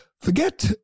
forget